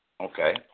Okay